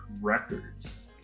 records